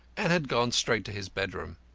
and had gone straight to his bedroom.